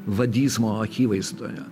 vadizmo akivaizdoje